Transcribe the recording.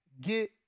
get